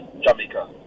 Jamaica